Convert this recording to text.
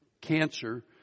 cancer